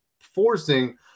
forcing